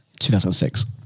2006